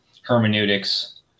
hermeneutics